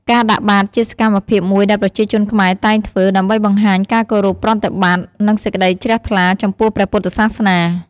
ការដាក់បាត ជាសម្មភាពមួយដែលប្រជាជនខ្មែរតែងធ្វើ ដើម្បីបង្ហាញការគោរពប្រតិបត្តិ និងសេចក្តីជ្រះថ្លាចំពោះព្រះពុទ្ធសាសនា។